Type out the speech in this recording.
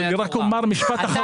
אז אני רק אומר משפט אחרון.